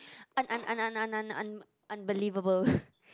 un~ un~ un~ un~ un~ un~ unbelievable